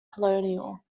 colonial